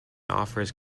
offers